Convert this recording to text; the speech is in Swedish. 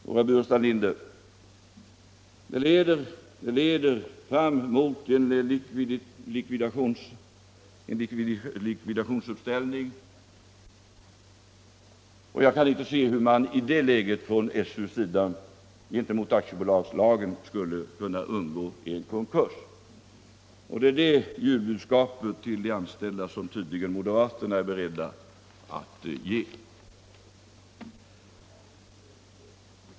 Jo, herr Burenstam Linder, det leder fram mot en likvidationsuppställning, och jag kan inte se hur man i det läget från SU:s sida enligt aktiebolagslagen skulle kunna undgå en konkurs. Det är det julbudskapet till de anställda som moderaterna tydligen är beredda att ge.